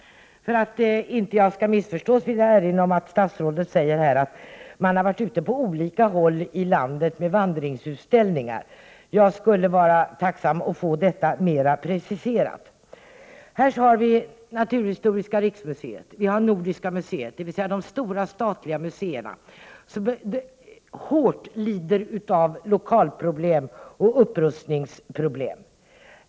För att jag inte skall missförstås vill jag erinra om att statsrådet säger att museet har haft vandringsutställningar på olika håll i landet. Jag vore tacksam att få detta mer preciserat. Naturhistoriska riksmuseet och Nordiska museet, dvs. de stora statliga museerna, lider hårt av lokalproblem och upprustningsproblem.